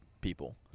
people